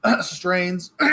strains